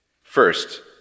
First